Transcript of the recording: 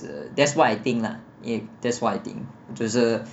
that's what I think lah 因为 that's what I think 就是